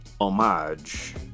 homage